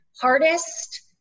Hardest